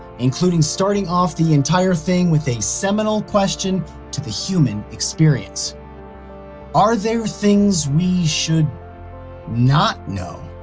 including starting off the entire thing with a seminal question to the human experience are there things we should not know?